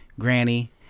Granny